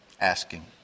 asking